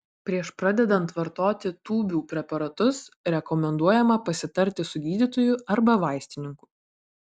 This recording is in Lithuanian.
prieš pradedant vartoti tūbių preparatus rekomenduojama pasitarti su gydytoju arba vaistininku